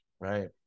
Right